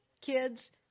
kids